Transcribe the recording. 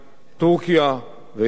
טורקיה וירדן.